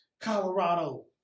Colorado